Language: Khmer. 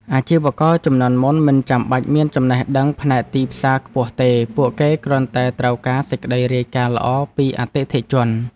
អាជីវករជំនាន់មុនមិនចាំបាច់មានចំណេះដឹងផ្នែកទីផ្សារខ្ពស់ទេ ពួកគេគ្រាន់តែត្រូវការសេចក្តីរាយការណ៍ល្អពីអតិថិជន។